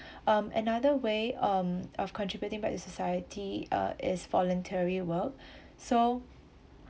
um another way um of contributing back to society uh is voluntary work so